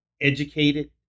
educated